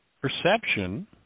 perception